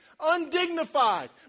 undignified